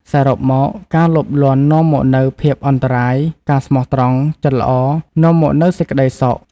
សរុបមក ការលោភលន់នាំមកនូវភាពអន្តរាយ ការស្មោះត្រង់ ចិត្តល្អ នាំមកនូវសេចក្ដីសុខ។